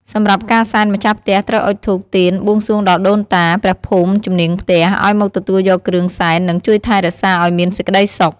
សម្រាប់ការសែន ម្ចាស់ផ្ទះត្រូវអុជធូប ទៀន បួងសួងដល់ដូនតា ព្រះភូមិ ជំនាងផ្ទះ ឲ្យមកទទួលយកគ្រឿងសែន និងជួយថែរក្សាឲ្យមានសេចក្តីសុខ។